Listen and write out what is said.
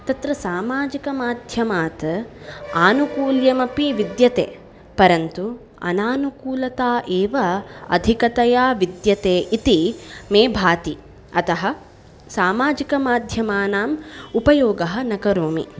तत्र समाजिकमाध्यमात् आनुकूल्यमपि विद्यते परन्तु अनानुकूलता एव अधिकतया विद्यते इति मे भाति अतः सामाजिकमाध्यमानाम् उपयोगः न करोमि